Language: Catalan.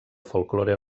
folklore